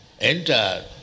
enter